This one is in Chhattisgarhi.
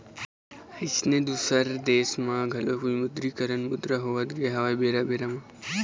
अइसने दुसर देश म घलोक विमुद्रीकरन मुद्रा होवत गे हवय बेरा बेरा म